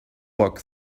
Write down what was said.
walk